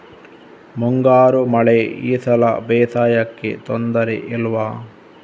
ಮುಂಗಾರು ಮಳೆ ಈ ಸಲ ಬೇಸಾಯಕ್ಕೆ ತೊಂದರೆ ಇಲ್ವ?